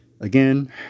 again